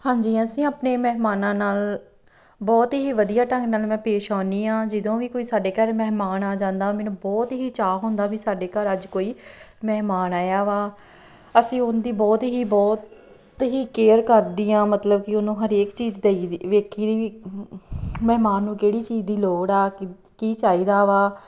ਹਾਂਜੀ ਅਸੀਂ ਆਪਣੇ ਮਹਿਮਾਨਾਂ ਨਾਲ ਬਹੁਤ ਹੀ ਵਧੀਆ ਢੰਗ ਨਾਲ ਮੈਂ ਪੇਸ਼ ਆਉਦੀ ਹਾਂ ਜਦੋਂ ਵੀ ਕੋਈ ਸਾਡੇ ਘਰ ਮਹਿਮਾਨ ਆ ਜਾਂਦਾ ਮੈਨੂੰ ਬਹੁਤ ਹੀ ਚਾਅ ਹੁੰਦਾ ਵੀ ਸਾਡੇ ਘਰ ਅੱਜ ਕੋਈ ਮਹਿਮਾਨ ਆਇਆ ਵਾ ਅਸੀਂ ਉਹਨਾਂ ਦੀ ਬਹੁਤ ਹੀ ਬਹੁਤ ਹੀ ਕੇਅਰ ਕਰਦੀ ਹਾਂ ਮਤਲਬ ਕਿ ਉਹ ਨੂੰ ਹਰੇਕ ਚੀਜ਼ ਦੇਈ ਦੀ ਵੇਖੀ ਦੀ ਵੀ ਮਹਿਮਾਨ ਨੂੰ ਕਿਹੜੀ ਚੀਜ਼ ਦੀ ਲੋੜ ਆ ਕ ਕੀ ਚਾਹੀਦਾ ਵਾ